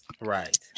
Right